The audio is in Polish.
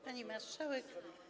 Pani Marszałek!